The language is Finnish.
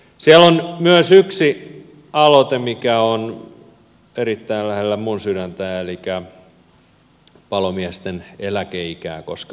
siellä on myös yksi aloite joka on erittäin lähellä minun sydäntäni elikkä palomiesten eläkeikää koskeva talousarvioaloite